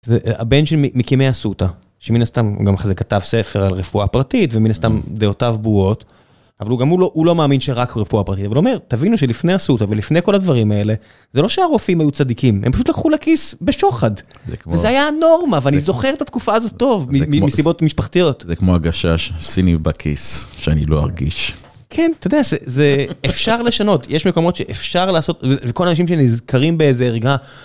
הבן של מקימי אסותא, שמן הסתם, הוא גם כתב ספר על רפואה פרטית ומן הסתם דעותיו ברורות. אבל הוא גם הוא לא מאמין שרק רפואה פרטית, אבל הוא אומר, תבינו שלפני אסותא ולפני כל הדברים האלה, זה לא שהרופאים היו צדיקים, הם פשוט לקחו לכיס בשוחד. זה היה הנורמה, ואני זוכר את התקופה הזאת טוב, מסיבות משפחתיות. זה כמו הגשש שימי בכיס, שאני לא ארגיש. כן, אתה יודע, זה אפשר לשנות, יש מקומות שאפשר לעשות, וכל האנשים שנזכרים באיזה ערגה,